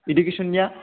इडुकेसननिया